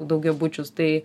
daugiabučius tai